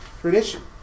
tradition